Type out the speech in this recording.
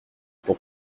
pour